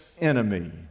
enemy